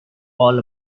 all